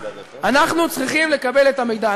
אנחנו צריכים לקבל את המידע,